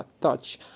touch